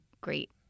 great